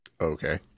Okay